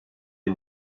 des